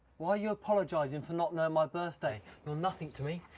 why are you apologizing for not knowing my birthday? you're nothing to me.